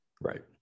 Right